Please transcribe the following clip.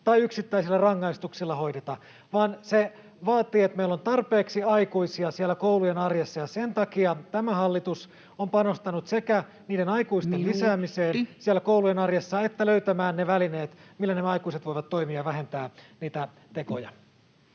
tai yksittäisillä rangaistuksilla hoideta, vaan se vaatii, että meillä on tarpeeksi aikuisia siellä koulujen arjessa, ja sen takia tämä hallitus on panostanut sekä niiden aikuisten [Puhemies: Minuutti!] lisäämiseen siellä koulujen arjessa että löytämään ne välineet, millä nämä aikuiset voivat toimia ja vähentää niitä tekoja.